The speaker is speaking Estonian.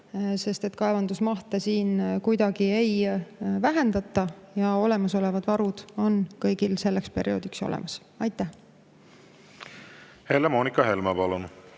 kaevandusmahte siin kuidagi ei vähendata ja olemasolevad varud on kõigil selleks perioodiks olemas. Helle-Moonika Helme, palun!